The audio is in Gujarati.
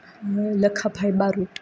મૂળ લખાભાઈ બારોટ